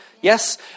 Yes